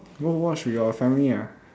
go watch with your family ah